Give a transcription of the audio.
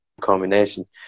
combinations